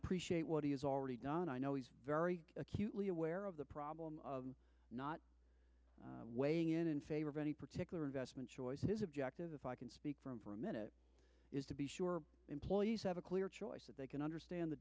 appreciate what he has already done and i know he's very acutely aware of the problem of not weighing in in favor of any particular investment choices objective if i can speak for him for a minute is to be sure employees have a clear choice that they can understand the